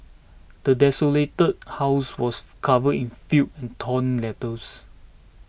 the desolated house was covered in filth and torn letters